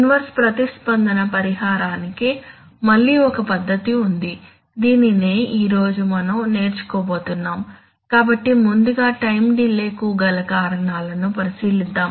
inverse ప్రతిస్పందన పరిహారానికి మళ్ళీ ఒక పద్ధతి ఉంది దీనినే ఈ రోజు మనం నేర్చుకోబోతున్నాము కాబట్టి ముందుగా టైం డిలే కు గల కారణాలను పరిశీలిద్దాం